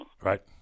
Right